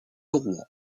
rouen